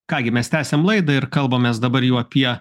ką gi mes tęsiam laidą ir kalbamės dabar jau apie